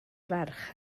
ferch